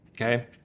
okay